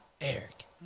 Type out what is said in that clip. Eric